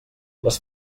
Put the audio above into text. les